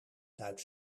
duidt